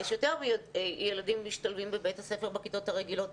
מפני שיותר ילדים משתלבים בכיתות הרגילים בבית הספר?